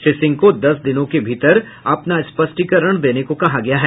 श्री सिंह को दस दिनों के भीतर अपना स्पष्टीकरण देने को कहा गया है